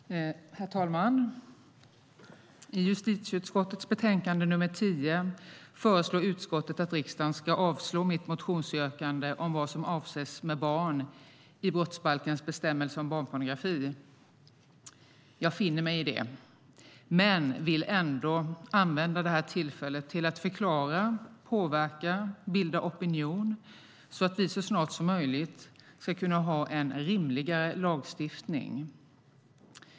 Herr talman! I justitieutskottets betänkande nr 10 föreslår utskottet att riksdagen ska avslå mitt motionsyrkande om vad som avses med barn i brottsbalkens bestämmelse om barnpornografi. Jag finner mig i det men vill ändå använda det här tillfället till att förklara, påverka och bilda opinion så att vi så snart som möjligt ska kunna ha en rimligare lagstiftning.